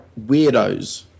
weirdos